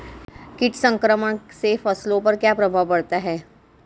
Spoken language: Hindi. कीट संक्रमण से फसलों पर क्या प्रभाव पड़ता है?